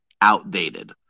outdated